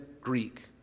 Greek